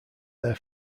their